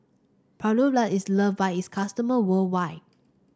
Papulex is loved by its customer worldwide